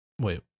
Wait